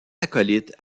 acolytes